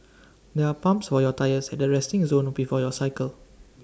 there are pumps for your tyres at the resting zone before you cycle